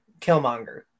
killmonger